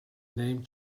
name